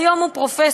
היום הוא פרופסור,